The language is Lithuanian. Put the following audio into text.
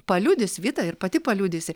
paliudys vita ir pati paliudysi